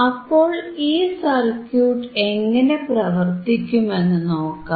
അപ്പോൾ ഈ സർക്യൂട്ട് എങ്ങനെ പ്രവർത്തിക്കുമെന്നു നോക്കാം